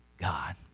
god